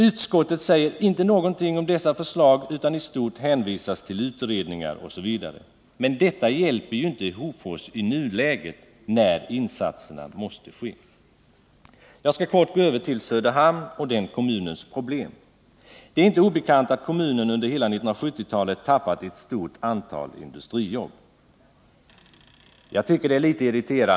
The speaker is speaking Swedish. Utskottet säger inte någonting om dessa förslag, utan i stort hänvisas till utredningar osv. Detta hjälper inte Hofors i nuläget, när insatserna måste ske. Jag skall gå över till Söderhamn och helt kort beröra den kommunens problem. Det är inte obekant att kommunen under hela 1970-talet tappade ett stort antal industrijobb.